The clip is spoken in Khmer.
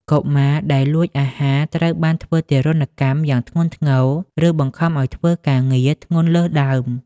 កុមារដែលលួចអាហារត្រូវបានធ្វើទារុណកម្មយ៉ាងធ្ងន់ធ្ងរ ឬបង្ខំឱ្យធ្វើការងារធ្ងន់លើសដើម។